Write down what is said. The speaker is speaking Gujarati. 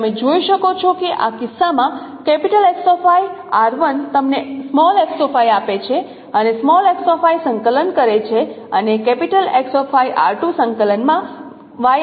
તેથી તમે જોઈ શકો છો કે આ કિસ્સામાં તમને આપે છે સંકલન કરે છે અને સંકલનમાં આપે છે